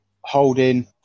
Holding